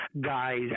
guys